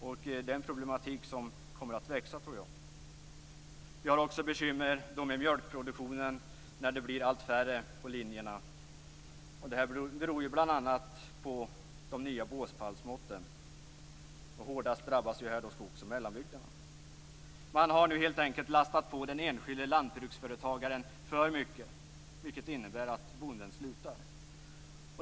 Och det är en problematik som kommer att växa, tror jag. Vi har också bekymmer med mjölkproduktionen när det blir allt färre på linjerna. Det beror bl.a. på de nya båspallsmåtten, och hårdast drabbas här skogsoch mellanbygderna. Man har nu helt enkelt lastat på den enskilde lantbruksföretagaren för mycket, vilket innebär att bonden slutar.